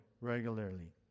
regularly